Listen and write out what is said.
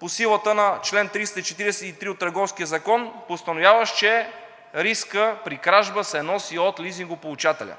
по силата на чл. 343 от Търговския закон, постановяващ, че рискът при кражба се носи от лизингополучателя.